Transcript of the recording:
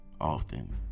often